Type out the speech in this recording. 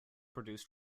produced